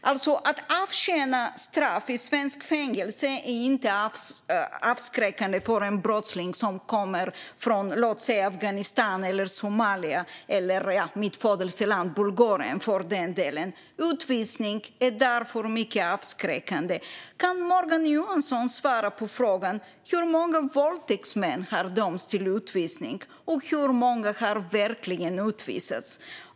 Att avtjäna ett straff i svenskt fängelse är inte avskräckande för en brottsling som kommer från låt säga Afghanistan eller Somalia, eller för den delen mitt födelseland Bulgarien. Utvisning är därför mycket avskräckande. Kan Morgan Johansson svara på frågan om hur många våldtäktsmän som har dömts till utvisning och hur många som verkligen har utvisats?